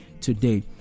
today